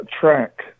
track